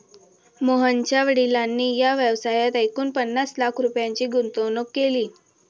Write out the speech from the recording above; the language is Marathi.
मोहनच्या वडिलांनी या व्यवसायात एकूण पन्नास लाख रुपयांची गुंतवणूक केली